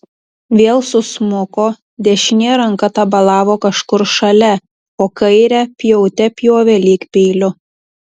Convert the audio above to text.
vėl susmuko dešinė ranka tabalavo kažkur šalia o kairę pjaute pjovė lyg peiliu